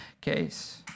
case